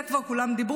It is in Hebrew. על זה כולם כבר דיברו.